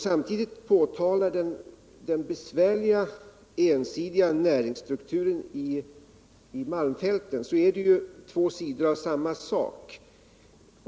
Samtidigt påtalar han den ensidiga näringsstrukturen i malmfälten. Det är ju två sidor av samma sak.